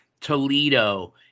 Toledo